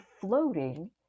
floating